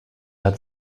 hat